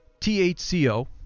THCO